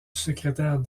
secrétaire